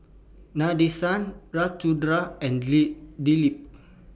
Nadesan Ramchundra and Dilip